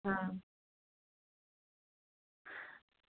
आं